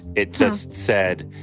it just said,